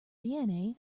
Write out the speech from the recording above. dna